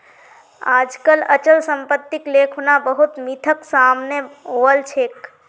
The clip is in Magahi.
आजकल अचल सम्पत्तिक ले खुना बहुत मिथक सामने वल छेक